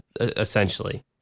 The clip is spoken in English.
essentially